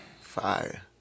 Fire